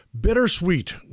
bittersweet